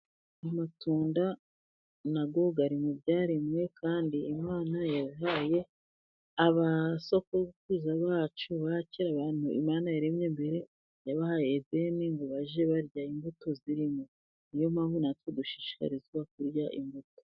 Amatunda nayo ari mu byaremwe, kandi imana yahaye abasogokuruza bacu bakera, abantu imana yaremye mbere yabahaye edeni ngo bajye barya imbuto zirimo. Ni yo mpamvu natwe dushishikarizwa kurya imbuto.